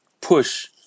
push